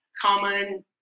common